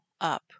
up